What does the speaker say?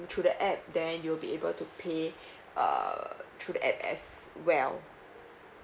through the app then you'll be able to pay err through the app as well